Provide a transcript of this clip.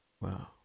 Wow